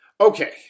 Okay